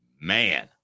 man